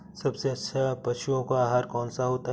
सबसे अच्छा पशुओं का आहार कौन सा होता है?